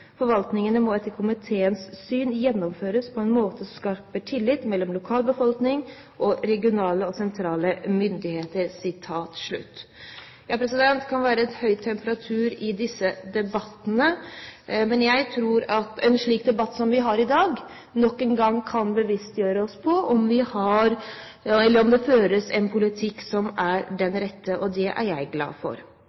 Forvaltningen må etter komiteens syn gjennomføres på en måte som skaper tillit mellom lokalbefolkning og regionale og sentrale myndigheter.» Det kan være høy temperatur i disse debattene. Men jeg tror at en debatt som den vi har i dag, nok en gang kan bevisstgjøre oss på om det føres en politikk som er den